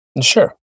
Sure